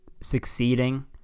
succeeding